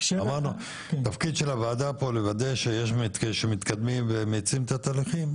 אמרנו התפקיד כאן של הוועדה זה לוודא שמתקדמים ומאיצים את התהליכים,